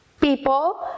people